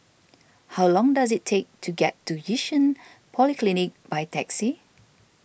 how long does it take to get to Yishun Polyclinic by taxi